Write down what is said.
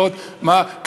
משרד החינוך.